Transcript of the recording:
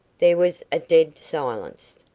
there was a dead silence.